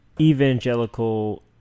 evangelical